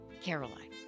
Caroline